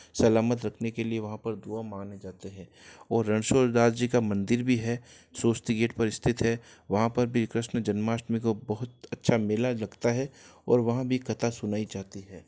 सलामत रखने के लिए वहाँ पर दुआ माने जाते हैं और रणशोड़ दास जी का मंदिर भी है सरस्वती गेट पर स्थित है वहाँ पर भी कृष्ण जन्माष्टमी को बहुत अच्छा मेला लगता है और वहाँ भी कथा सुनाई जाती है